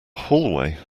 hallway